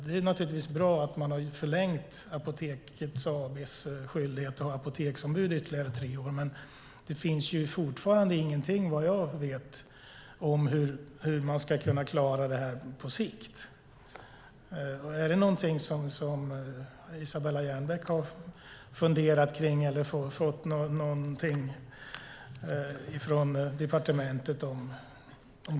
Det är naturligtvis bra att man har förlängt Apoteket AB:s skyldighet att ha apoteksombud i ytterligare tre år, men det finns fortfarande ingenting, vad jag vet, om hur man ska klara det på sikt. Är det någonting som Isabella Jernbeck har funderat kring eller fått några tankar om från departementet?